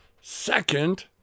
second